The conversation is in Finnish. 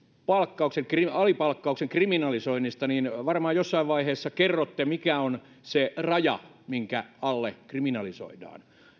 alipalkkauksen kriminalisoinnin niin varmaan jossain vaiheessa kerrotte mikä on se raja minkä alle kriminalisoidaan